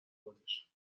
خودش